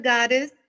Goddess